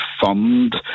fund